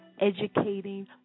educating